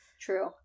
true